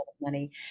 money